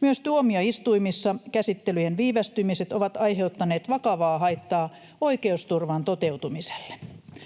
Myös tuomioistuimissa käsittelyjen viivästymiset ovat aiheuttaneet vakavaa haittaa oikeusturvan toteutumiselle.